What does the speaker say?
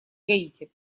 гаити